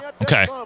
Okay